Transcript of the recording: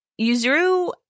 Yuzuru